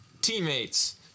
teammates